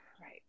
Right